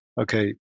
okay